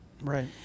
Right